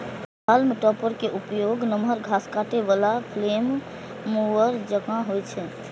हाल्म topper के उपयोग नमहर घास काटै बला फ्लेम मूवर जकां होइ छै